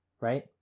right